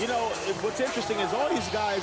you know what's interesting is always